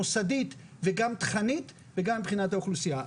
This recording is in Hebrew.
מוסדית וגם תכנית וגם מבחינת האוכלוסייה.